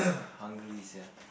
hungry sia